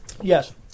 Yes